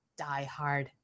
diehard